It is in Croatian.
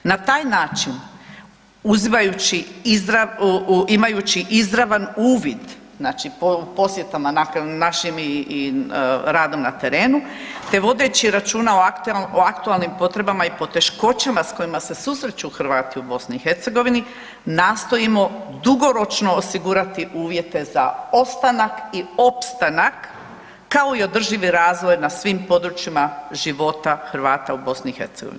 Na taj način imajući izravan uvid, znači posjetama našim i radom na terenu te vodeći računa o aktualnim potrebama i poteškoćama s kojima se susreću Hrvati u BiH nastojimo dugoročno osigurati uvjete za ostanak i opstanak kao i održivi razvoj na svim područjima života Hrvata u BiH.